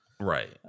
right